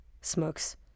smokes